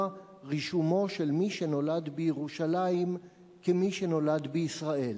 את רישומו של מי שנולד בירושלים כמי שנולד בישראל.